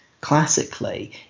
classically